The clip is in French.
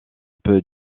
peut